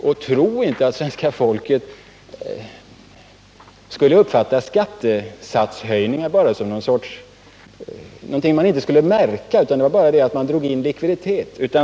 Och tro inte att svenska folket inte skulle märka skattesatshöjningar utan bara uppfatta att man drar in likviditet.